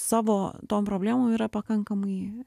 savo tom problemom yra pakankamai